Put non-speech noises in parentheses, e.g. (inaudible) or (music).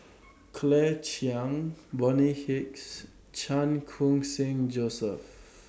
(noise) Claire Chiang Bonny Hicks Chan Khun Sing Joseph